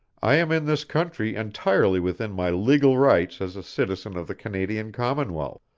i am in this country entirely within my legal rights as a citizen of the canadian commonwealth.